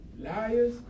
liars